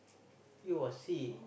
you were see